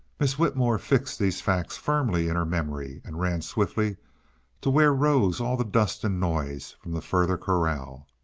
miss whitmore fixed these facts firmly in her memory and ran swiftly to where rose all the dust and noise from the further corral.